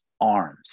arms